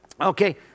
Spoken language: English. okay